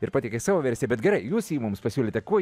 ir pateikėt savo versiją bet gerai jūs jį mums pasiūlėte kuo